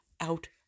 out